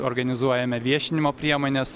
organizuojame viešinimo priemones